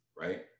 right